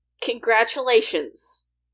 Congratulations